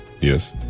Yes